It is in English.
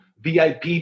VIP